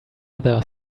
other